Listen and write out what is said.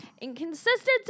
Inconsistency